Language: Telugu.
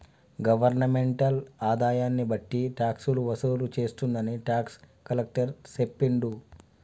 గవర్నమెంటల్ ఆదాయన్ని బట్టి టాక్సులు వసూలు చేస్తుందని టాక్స్ కలెక్టర్ సెప్పిండు